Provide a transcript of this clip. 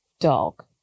dog